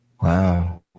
Wow